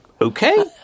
okay